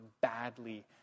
badly